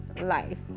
life